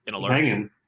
hanging